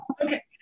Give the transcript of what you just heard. okay